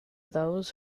those